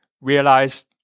realize